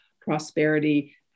prosperity